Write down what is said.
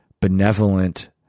benevolent